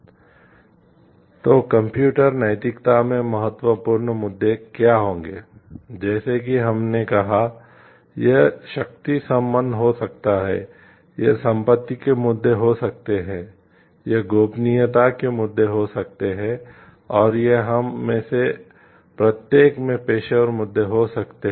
इसलिए कंप्यूटर नैतिकता में महत्वपूर्ण मुद्दे क्या होंगे जैसा कि हमने कहा यह शक्ति संबंध हो सकता है यह संपत्ति के मुद्दे हो सकते हैं यह गोपनीयता के मुद्दे हो सकते हैं और यह हम में से प्रत्येक में पेशेवर मुद्दे हो सकते हैं